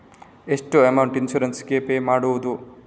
ಎಷ್ಟು amount insurance ಗೇ pay ಮಾಡುವುದು?